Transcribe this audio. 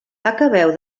acabeu